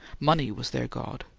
money was their god,